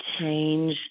change